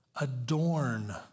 Adorn